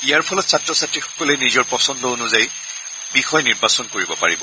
ইয়াৰ ফলত ছাত্ৰ ছাত্ৰীসকলে নিজৰ পচন্দ অনুযায়ী বিষয় নিৰ্বাচন কৰিব পাৰিব